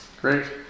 Great